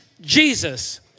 Jesus